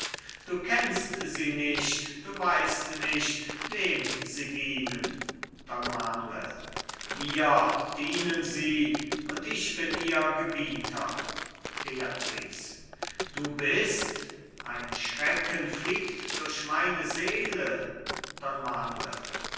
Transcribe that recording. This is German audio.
du kennst sie nicht du weißt nicht wem sie dienen don manuel mir dienen sie und ich bin ihr gebieter beatrice du bist ein schrecken fliegt durch meine seele